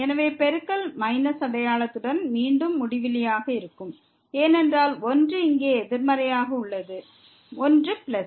எனவே பெருக்கல் மைனஸ் அடையாளத்துடன் மீண்டும் முடிவிலியாக இருக்கும் ஏனென்றால் ஒன்று இங்கே எதிர்மறையாக உள்ளது ஒன்று பிளஸ்